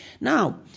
Now